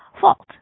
Fault